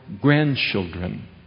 grandchildren